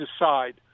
decide